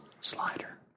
Slider